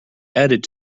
added